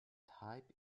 type